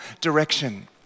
direction